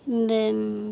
இந்த